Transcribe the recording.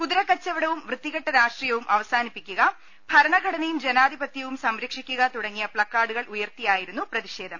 കുതിരക്കച്ചവടവും വൃത്തി കെട്ട രാഷ്ട്രീയവും അവസാനിപ്പിക്കുക ഭരണഘടനയും ജനാ ധിപത്യവും സംരക്ഷിക്കുക തുടങ്ങിയ പ്ലക്കാർഡുകൾ ഉയർത്തി യായിരുന്നു പ്രതിഷേധം